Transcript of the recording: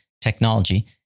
technology